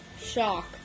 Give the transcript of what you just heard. shock